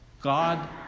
God